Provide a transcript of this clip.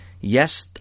yes